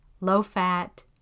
low-fat